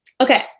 Okay